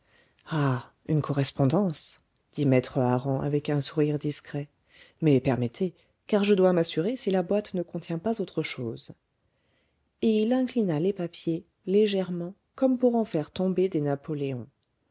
ah une correspondance dit maître hareng avec un sourire discret mais permettez car je dois m'assurer si la boîte ne contient pas autre chose et il inclina les papiers légèrement comme pour en faire tomber des napoléons